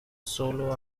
solo